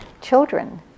children